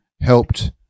helped